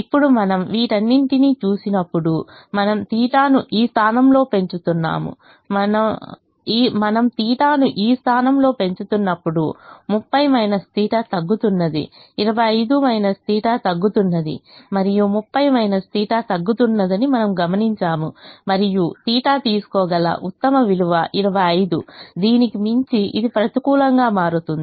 ఇప్పుడుమనం వీటన్నింటినీ చూసినప్పుడు మనం θ ను ఈ స్థానంలో పెంచుతున్నాము మనం θ ను ఈ స్థానంలో పెంచుతున్నప్పుడు 30 θ తగ్గుతున్నది 25 θ తగ్గుతున్నది మరియు 30 θ తగ్గుతున్న దని మనము గమనించాము మరియు θ తీసుకోగల ఉత్తమ విలువ 25 దీనికి మించి ఇది ప్రతికూలంగా మారుతుంది